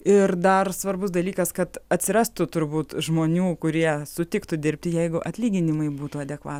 ir dar svarbus dalykas kad atsirastų turbūt žmonių kurie sutiktų dirbti jeigu atlyginimai būtų adekva